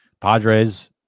padres